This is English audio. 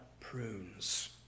prunes